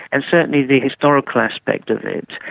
and certainly the historical aspect of it,